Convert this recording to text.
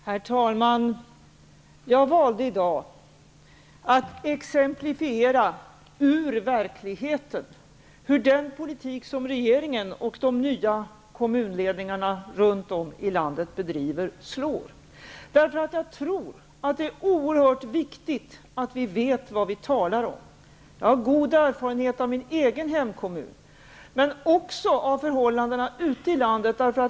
Herr talman! Jag valde att i dag exemplifiera ur verkligheten hur den politik som regeringen och de nya kommunledningarna runt om i landet bedriver slår. Jag tror att det är oerhört viktigt att vi vet vad vi talar om. Jag har god erfarenhet från min egen hemkommun, men också av förhållandena ute i landet.